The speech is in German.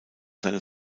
seine